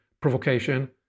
provocation